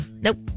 Nope